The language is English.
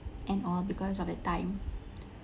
and all because of the time